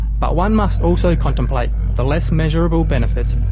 but, one must also contemplate the less measurable benefits